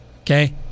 okay